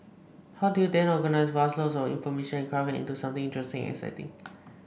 how do you then organise vast loads of information and craft it into something interesting and exciting